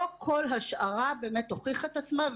לא כל השערה באמת הוכיחה את עצמה,